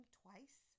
twice